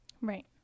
Right